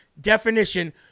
definition